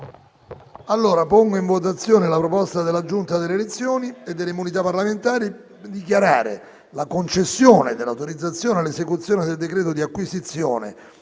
scrutinio simultaneo della proposta della Giunta delle elezioni e delle immunità parlamentari di dichiarare la concessione dell'autorizzazione all'esecuzione del decreto di acquisizione